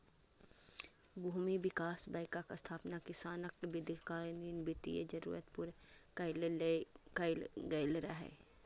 भूमि विकास बैंकक स्थापना किसानक दीर्घकालीन वित्तीय जरूरत पूरा करै लेल कैल गेल रहै